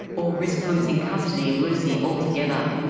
or risk losing custody of lucy altogether.